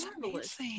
marvelous